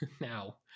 now